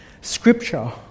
Scripture